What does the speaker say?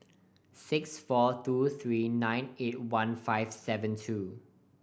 six four two three nine eight one five seven two